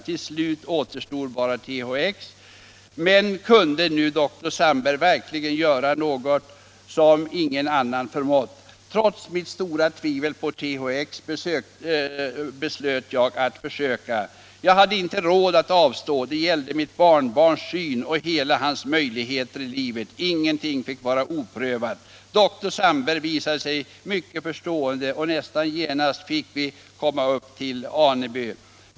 Till slut återstod bara THX, men kunde nu Dr. Sandberg verkligen göra något som ingen annan förmått? Trots mitt stora tvivel på THX beslöt jag att söka. Jag hade inte råd att avstå, det gällde mitt barnbarns syn och hela hans möjlighet i livet, ingenting fick vara oprövat. Dr. Sandberg visade sig mycket förstående och nästan genast fick vi komma upp till Aneby.